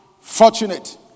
fortunate